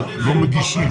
אבל לא מגישים.